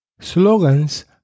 Slogans